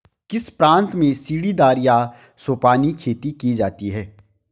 किस प्रांत में सीढ़ीदार या सोपानी खेती की जाती है?